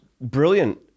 brilliant